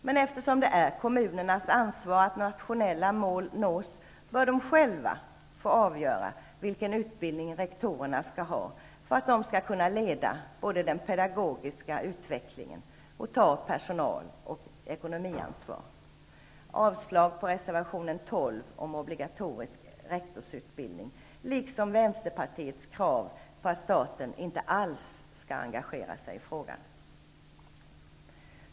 Men eftersom det är kommunernas ansvar att nationella mål uppnås, bör de själva få avgöra vilken utbildning rektorerna skall ha, för att de skall kunna både leda den pedagogiska utvecklingen och ta personal och ekonomiansvar. Jag yrkar avslag på reservation 12 Vänsterpartiets krav på att staten inte alls skall engagera sig i frågan.